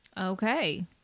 Okay